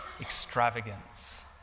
extravagance